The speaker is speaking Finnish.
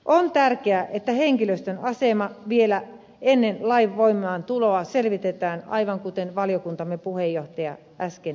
on tärkeää että henkilöstön asema vielä ennen lain voimaantuloa selvitetään aivan kuten valiokuntamme puheenjohtaja äsken mainitsi